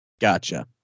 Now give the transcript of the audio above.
Gotcha